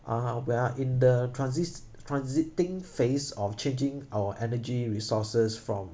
uh we are in the transist~ transiting phase of changing our energy resources from